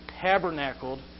tabernacled